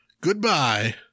goodbye